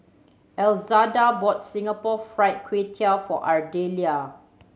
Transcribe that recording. Elzada bought Singapore Fried Kway Tiao for Ardelia